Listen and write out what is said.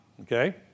okay